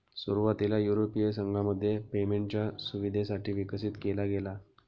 सुरुवातीला युरोपीय संघामध्ये पेमेंटच्या सुविधेसाठी विकसित केला गेला